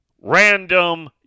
random